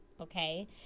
okay